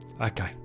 Okay